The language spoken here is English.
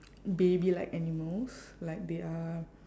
baby like animals like they are